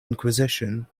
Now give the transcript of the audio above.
inquisition